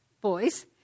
boys